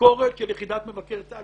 ביקורת של יחידת מבקר צה"ל.